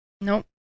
nope